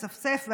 מצפצף,